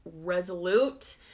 resolute